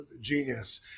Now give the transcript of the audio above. genius